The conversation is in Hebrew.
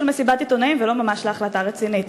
מסיבת עיתונאים ולא ממש להחלטה רצינית.